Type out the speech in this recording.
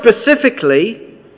specifically